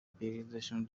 پریزشون